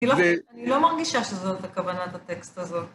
אני לא מרגישה שזאת הכוונת הטקסט הזאת.